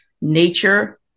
nature